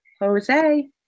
Jose